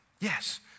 Yes